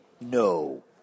no